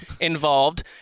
involved